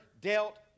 dealt